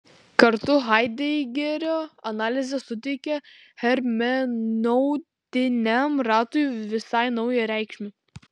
kartu haidegerio analizė suteikia hermeneutiniam ratui visai naują reikšmę